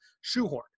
shoehorn